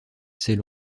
c’est